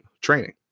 training